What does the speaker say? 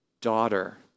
daughter